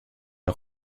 nhw